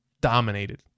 dominated